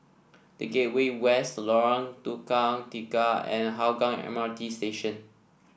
The Gateway West Lorong Tukang Tiga and Hougang M R T Station